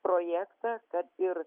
projektą kad ir